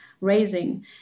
raising